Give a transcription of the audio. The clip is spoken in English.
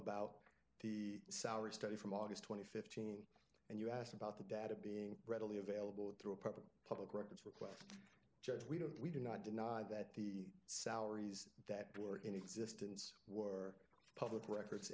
about the salary study from august twenty fifteen and you asked about the data being readily available through public records request judge we don't we do not deny that the salaries that were in existence were public records